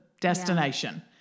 destination